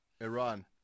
Iran